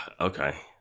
Okay